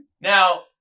Now